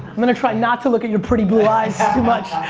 i'm gonna try not to look at your pretty blue eyes too much.